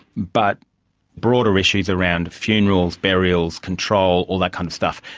but broader issues around funerals, burials, control, all that kind of stuff,